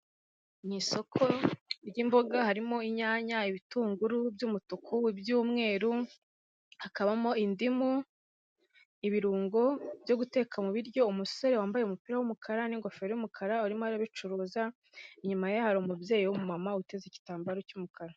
Mu isoko ry'imboga harimo inyanya, ibitunguru by'umutuku, iby'umweru hakabamo indimu, ibirungo byo guteka mu biryo, umusore wambaye umupira w'umukara n'ingofero y'umukara urimo arabicuruza, inyuma ye hari umubyeyi w'umumama uteze igitambaro cy'umukara.